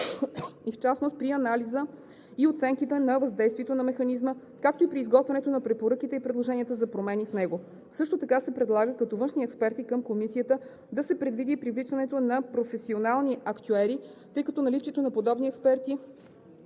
в частност при анализа и оценката на въздействието на механизма, както и при изготвянето на препоръките и предложенията за промени в него. Също така се предлага като външни експерти към комисията да се предвиди и привличането на професионални актюери, тъй като наличието на подобни експерти